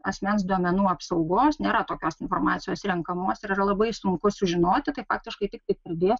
asmens duomenų apsaugos nėra tokios informacijos renkamos yra labai sunku sužinoti tai faktiškai tiktai kalbėt